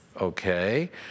okay